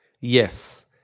Yes